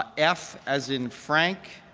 f as in frank,